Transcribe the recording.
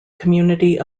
community